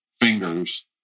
fingers